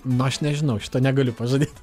nu aš nežinau šito negaliu pažadėt